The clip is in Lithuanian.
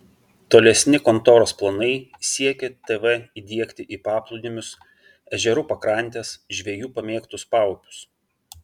tolesni kontoros planai siekė tv įdiegti į paplūdimius ežerų pakrantes žvejų pamėgtus paupius